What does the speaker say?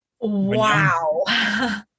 Wow